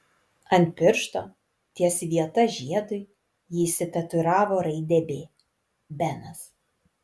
ant piršto ties vieta žiedui ji išsitatuiravo raidę b benas